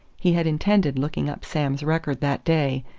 he had intended looking up sam's record that day,